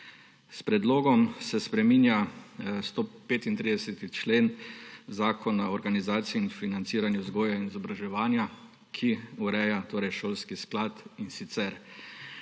S predlogom se spreminja 135. člen Zakona o organizaciji in financiranju vzgoje in izobraževanja, ki ureja šolski sklad, in sicer